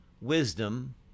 Wisdom